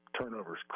turnovers